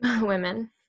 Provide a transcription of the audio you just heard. Women